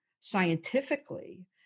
scientifically